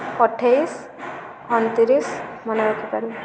ଅଠେଇଶ ଅଣତିରିଶ ମନେ ରଖିପାରିବି